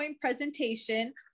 presentation